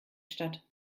statt